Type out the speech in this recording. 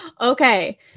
okay